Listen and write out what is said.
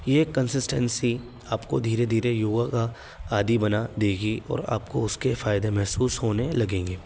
یہ کنسسٹنسی آپ کو دھیرے دھیرے یوگا کا عادی بنا دے گی اور آپ کو اس کے فائدے محسوس ہونے لگیں گے